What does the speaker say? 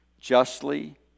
justly